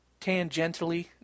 tangentially